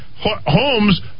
homes